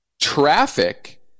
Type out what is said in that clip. traffic